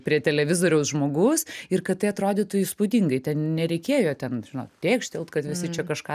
prie televizoriaus žmogus ir kad tai atrodytų įspūdingai ten nereikėjo ten žinot tėkštelt kad visi čia kažką